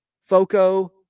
Foco